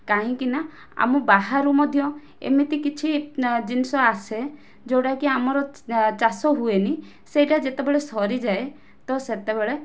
କାହିଁକି ନା ଆମ ବାହାରୁ ମଧ୍ୟ ଏମିତି କିଛି ଜିନିଷ ଆସେ ଯୋଉଟା କି ଆମର ଚାଷ ହୁଏନି ସେଇଟା ଯେତେବେଳେ ସରିଯାଏ ତ ସେତେବେଳେ